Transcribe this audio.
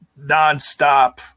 nonstop